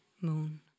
moon